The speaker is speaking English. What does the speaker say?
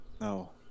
No